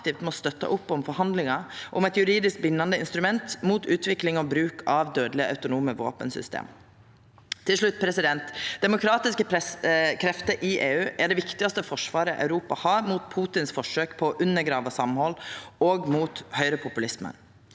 må støtta opp om forhandlingar om eit juridisk bindande instrument mot utvikling og bruk av dødelege autonome våpensystem. Til slutt: Demokratiske krefter i EU er det viktigaste forsvaret Europa har mot Putins forsøk på å undergrava samhald og mot høgrepopulismen.